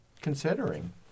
considering